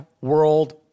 World